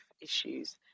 issues